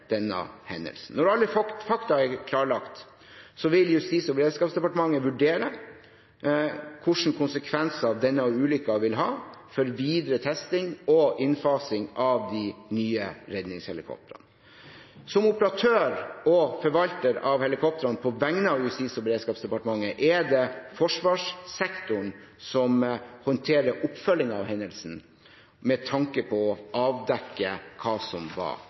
denne hendelsen. Når alle fakta er klarlagt, vil Justis- og beredskapsdepartementet vurdere hva slags konsekvenser denne ulykken vil ha for videre testing og innfasing av de nye redningshelikoptrene. Som operatør og forvalter av helikoptrene på vegne av Justis- og beredskapsdepartementet er det forsvarssektoren som håndterer oppfølgingen av hendelsen, med tanke på å avdekke hva som var